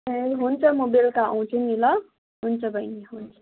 ए हुन्छ म बेलुका आउँछु नि ल हुन्छ बैनी हुन्छ